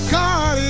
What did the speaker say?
God